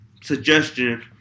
suggestion